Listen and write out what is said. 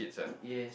y~ yes